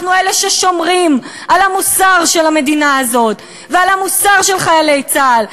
אנחנו אלה ששומרים על המוסר של המדינה הזאת ועל המוסר של חיילי צה"ל.